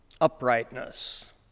uprightness